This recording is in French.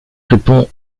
répond